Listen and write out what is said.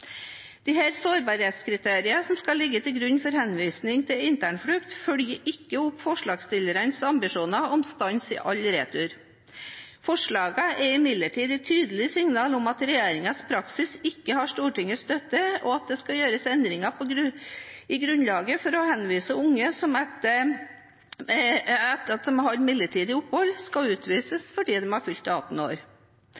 som skal ligge til grunn før henvisning til internflukt, følger ikke opp forslagsstillernes ambisjoner om stans av alle returer. Forslagene er imidlertid et tydelig signal om at regjeringens praksis ikke har Stortingets støtte, og at det skal gjøres endringer i grunnlaget for å henvise unge som etter år med midlertidig opphold skal